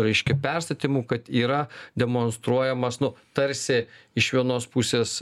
reiškia perstatymų kad yra demonstruojamas nu tarsi iš vienos pusės